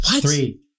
Three